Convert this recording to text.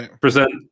present